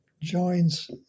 joins